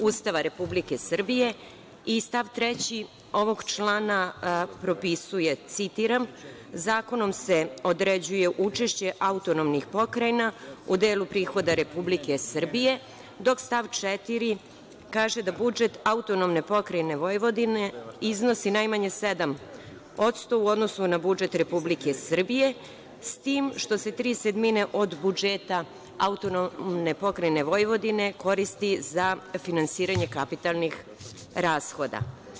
Ustava Republike Srbije i stav 3. ovog člana propisuje, citiram – zakonom se određuje učešće autonomnih pokrajina u delu prihoda Republike Srbije, dok stav 4. kaže da budžet AP Vojvodine iznosi najmanje 7% u odnosu na budžet Republike Srbije, s tim što se tri sedmine od budžeta AP Vojvodine koristi za finansiranje kapitalnih rashoda.